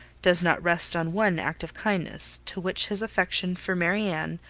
does not rest on one act of kindness, to which his affection for marianne,